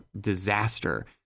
disaster